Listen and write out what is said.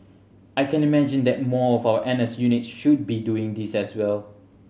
I can imagine that more of our N S units should be doing this as well